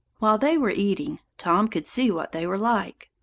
while they were eating, tom could see what they were like.